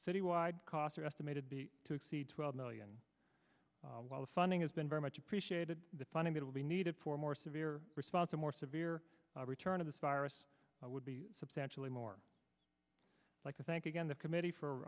citywide costs are estimated to exceed twelve million while the funding has been very much appreciated the funding that will be needed for more severe response to more severe return of this virus would be substantially more like a thank again the committee for